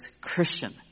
Christian